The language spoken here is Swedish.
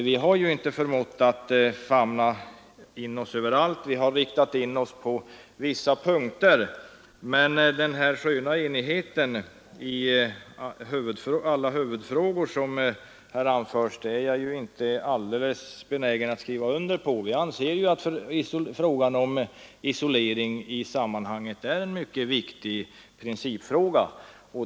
Vi har inte förmått famna in allt, utan vi har inriktat oss på vissa punkter. Den ”sköna” enighet i alla huvudfrågor, som fröken Mattson talar om, är jag inte helt benägen att skriva under på. Vi anser t.ex. att isoleringsstraffet utgör en mycket viktig principfråga.